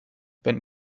wenn